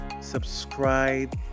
subscribe